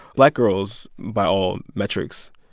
black girls, by all metrics,